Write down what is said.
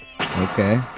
Okay